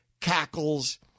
cackles